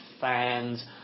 fans